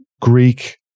Greek